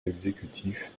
l’exécutif